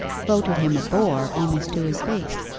voted him a bore almost to his face.